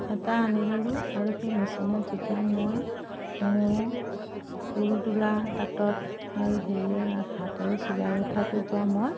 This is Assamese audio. এটা আনি ল'লোঁ আৰু সেই মেচিনত যেতিয়া মই মোৰ ফুল তোলা তাঁতত আৰু হেৰিয়া হাতেৰে চিলাই গুঠাটোৰ পৰা মই